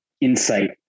insight